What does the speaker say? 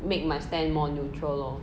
make my stand more neutral lor